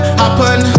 happen